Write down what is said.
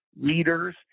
leaders